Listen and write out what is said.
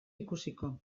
ikusiko